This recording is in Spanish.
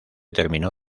terminó